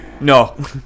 no